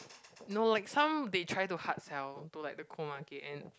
no like some they try to hard sell to like the cold market and